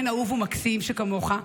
בן אהוב ומקסים שכמוך,